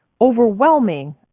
overwhelming